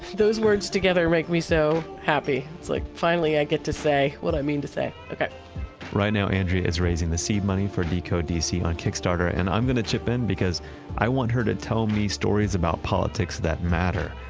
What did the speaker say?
those words together make me so happy. it's like finally, i get to say what i mean to say. okay right now, andrea is raising the seed money for decode dc on kickstarter and i'm going to chip in because i want her to tell me stories about politics that matter.